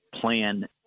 plan